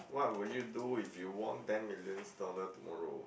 what would you do if you won ten millions dollar tomorrow